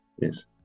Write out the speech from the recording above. Yes